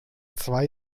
zwei